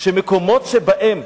שבמקומות שבהם